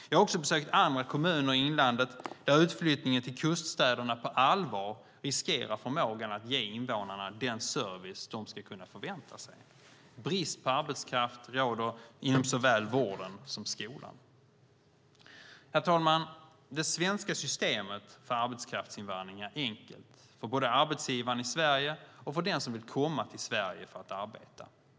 Jag har också besökt kommuner i inlandet där utflyttningen till kuststäderna på allvar riskerar förmågan att ge invånarna den service de ska kunna förvänta sig. Brist på arbetskraft råder inom såväl vården som skolan. Herr talman! Det svenska systemet för arbetskraftsinvandring är enkelt för både arbetsgivaren i Sverige och den som vill komma till Sverige för att arbeta.